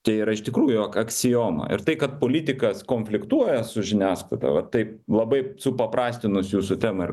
tai yra iš tikrųjų aksioma ir tai kad politikas konfliktuoja su žiniasklaida va taip labai supaprastinus jūsų temą ir